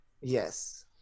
Yes